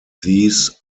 these